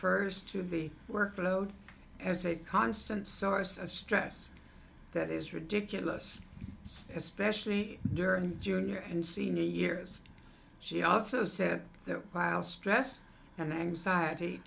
refers to the workload as a constant source of stress that is ridiculous especially during junior and senior years she also said that while stress and anxiety